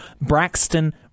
Braxton